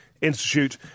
Institute